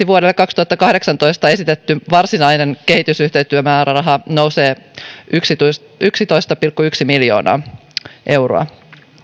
vuodelle kaksituhattakahdeksantoista esitetty varsinainen kehitysyhteistyömääräraha nousee yksitoista yksitoista pilkku yksi miljoonaa euroa